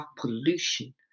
pollution